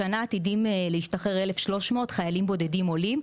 השנה עתידים להשתחרר 1,300 חיילים בודדים עולים.